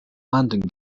landing